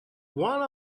one